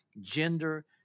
gender